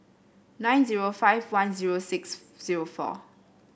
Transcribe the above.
nine zero five one zero six zero four